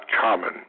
common